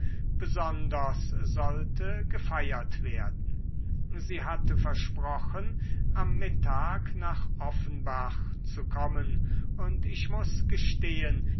besonders sollte gefeiert werden sie hatte versprochen am mittag nach offenbach zu kommen und ich muß gestehen